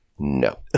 No